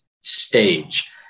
stage